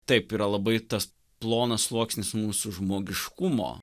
taip yra labai tas plonas sluoksnis mūsų žmogiškumo